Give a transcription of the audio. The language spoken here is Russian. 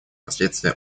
последствия